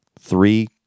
Three